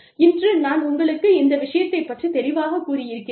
இன்று நான் உங்களுக்கு இந்த விஷயங்களைப் பற்றி தெளிவாகக் கூறி இருக்கிறேன்